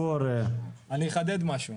זכויות.